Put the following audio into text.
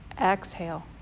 Exhale